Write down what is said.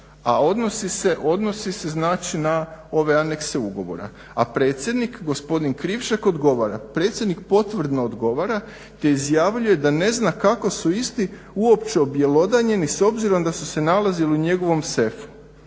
a odnosi se znači na ove anekse ugovora. A predsjednik gospodin Krivšek odgovara: Predsjednik potvrdno odgovara te izjavljuje da ne zna kako su isti uopće objelodanjeni s obzirom da su se nalazili u njegovom sefu.